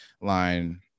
line